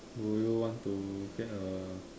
will you want to get a